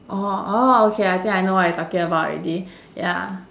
orh orh okay I think I know what you talking about already ya